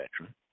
veteran